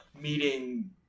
meeting